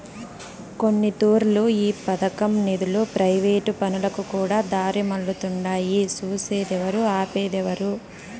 కొన్నితూర్లు ఈ పదకం నిదులు ప్రైవేటు పనులకుకూడా దారిమల్లతుండాయి సూసేదేవరు, ఆపేదేవరు